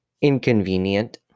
inconvenient